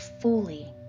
fully